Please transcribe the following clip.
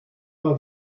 war